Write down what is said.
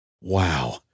Wow